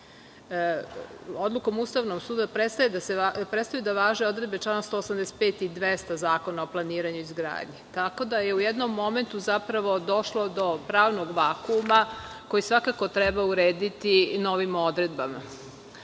odlukom Ustavnog suda prestaju da važe odredbe člana 185. i 200. Zakona o planiranju i izgradnji. U jednom momentu je došlo do pravnog vakuma, koji svakako treba urediti novim odredbama. Ustavni